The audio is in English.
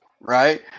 right